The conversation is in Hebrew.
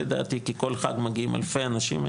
כי כל חג מגיעים אלפי אנשים.